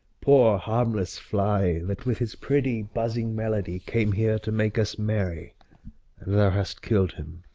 poor harmless fly, that with his pretty buzzing melody came here to make us merry! and thou hast kill'd him.